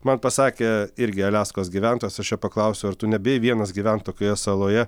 man pasakė irgi aliaskos gyventojas aš jo paklausiau ar tu nebijai vienas gyvent tokioje saloje